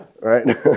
right